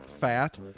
fat